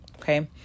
okay